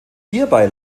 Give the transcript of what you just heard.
hierbei